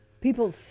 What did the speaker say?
people